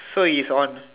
so if I want